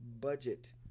budget